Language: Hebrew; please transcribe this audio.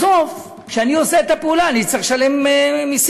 בסוף, כשאני עושה את הפעולה אני צריך לשלם מסים,